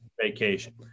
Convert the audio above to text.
vacation